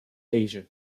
asia